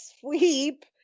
sweep